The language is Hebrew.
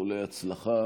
איחולי הצלחה